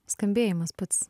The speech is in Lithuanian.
skambėjimas pats